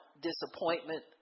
disappointment